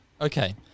Okay